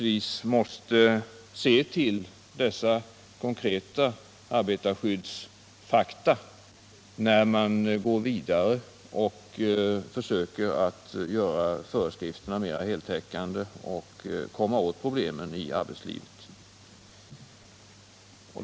Man måste naturligtvis se till dessa konkreta arbetarskyddsfakta när man går vidare 31 och försöker att göra föreskrifterna mera heltäckande för att därmed komma åt problemen i arbetslivet.